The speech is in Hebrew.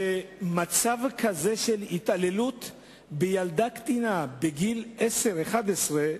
שמצב כזה של התעללות בילדה קטינה, בגיל עשר או 11,